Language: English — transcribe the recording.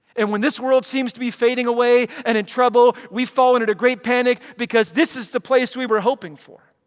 and when this world seems to be fading away and in trouble, we've fallen at a great panic because this is the place we were hoping for,